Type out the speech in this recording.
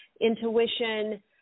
intuition